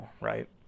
right